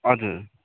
हजुर